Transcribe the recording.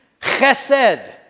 Chesed